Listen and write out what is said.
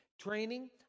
training